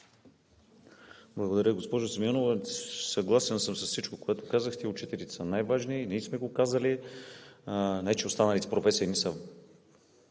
Благодаря. Госпожо Симеонова, съгласен съм с всичко, което казахте – учителите са най-важни. И ние сме го казали. Не, че останалите професии не са